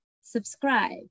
Subscribe